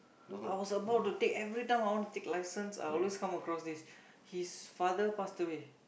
I was about to take every time I want to take license I always come across this his father passed away